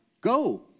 go